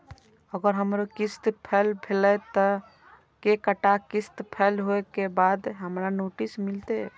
अगर हमर किस्त फैल भेलय त कै टा किस्त फैल होय के बाद हमरा नोटिस मिलते?